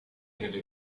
nelle